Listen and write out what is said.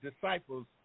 disciples